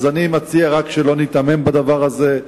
אז אני מציע רק שלא ניתמם בעניין הזה.